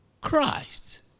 Christ